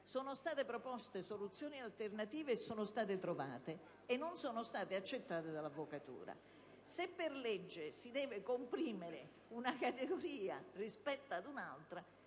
Sono state proposte soluzioni alternative, che sono state trovate, ma non sono state accettate dall'avvocatura. Se per legge si deve comprimere una categoria rispetto a un'altra,